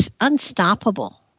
unstoppable